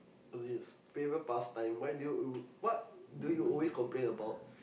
what's this favorite past time why do you what do you always complain about